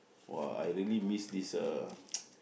!wah! I really miss this uh